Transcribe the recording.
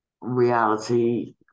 reality